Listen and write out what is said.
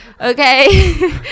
okay